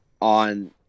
on